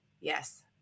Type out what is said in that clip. Yes